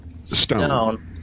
Stone